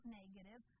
negative